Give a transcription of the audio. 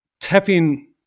tap-in